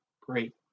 Great